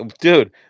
dude